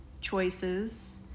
choices